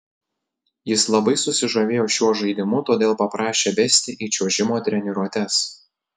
jis labai susižavėjo šiuo žaidimu todėl paprašė vesti į čiuožimo treniruotes